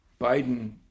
Biden